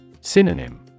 Synonym